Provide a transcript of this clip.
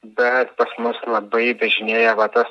bet pas mus labai dažnėja va tas